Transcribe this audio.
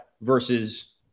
versus